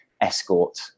escort